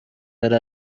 yari